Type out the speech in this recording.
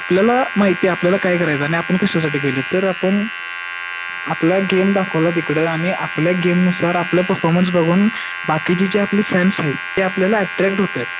आपल्याला माहिती आपल्याला काय करायचं आणि आपण कशासाठी केले तर आपण आपल्या गेम दाखवला तिकडं आणि आपल्या गेमनुसार आपलं परफॉर्मन्स बघून बाकीचे जे आपले फॅन्स आहेत ते आपल्याला ॲट्रॅक्ट होतात